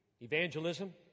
evangelism